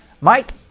Mike